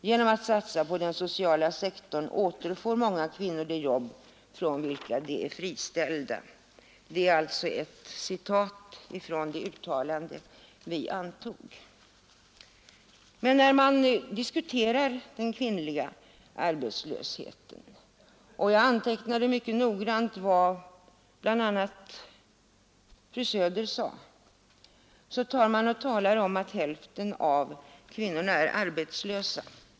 Genom att satsa på den sociala sektorn återfår många kvinnor de jobb från vilka de är friställda.” Det är alltså ett citat ur det uttalande som vi antog. När man diskuterar den kvinnliga arbetslösheten talar man om att hälften av kvinnorna är arbetslösa.